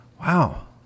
wow